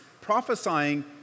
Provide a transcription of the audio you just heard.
prophesying